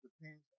depends